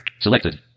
Selected